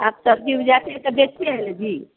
आप सब्जी उपजाते हैं तो देखते हैं न जी